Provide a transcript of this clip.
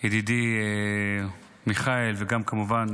ידידי מיכאל וגם כמובן